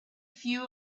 few